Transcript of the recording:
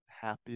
happy